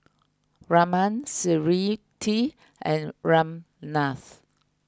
Raman Smriti and Ramnath